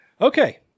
Okay